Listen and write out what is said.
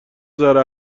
ذره